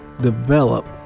develop